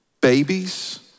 babies